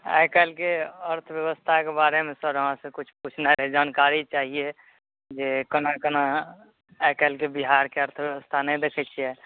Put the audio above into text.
आइ काल्हिके अर्थव्यवस्थाके बारेमे सर अहाँसँ किछु पुछनाइ रहय जानकारी चाहिये जे केना केना आइ काल्हिके बिहारके अर्थव्यवस्था नहि देखय छियै